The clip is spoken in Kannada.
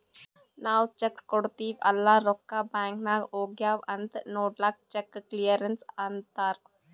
ನಾವ್ ಚೆಕ್ ಕೊಡ್ತಿವ್ ಅಲ್ಲಾ ರೊಕ್ಕಾ ಬ್ಯಾಂಕ್ ನಾಗ್ ಹೋಗ್ಯಾವ್ ಅಂತ್ ನೊಡ್ಲಕ್ ಚೆಕ್ ಕ್ಲಿಯರೆನ್ಸ್ ಅಂತ್ತಾರ್